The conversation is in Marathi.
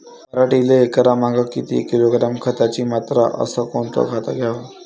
पराटीले एकरामागं किती किलोग्रॅम खताची मात्रा अस कोतं खात द्याव?